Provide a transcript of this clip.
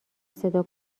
صدا